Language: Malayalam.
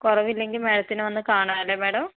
കുറവില്ലെങ്കിൽ മാഡത്തിനെ വന്ന് കാണാല്ലോ മാഡം